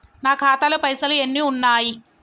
నా ఖాతాలో పైసలు ఎన్ని ఉన్నాయి?